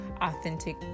authentic